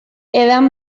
edan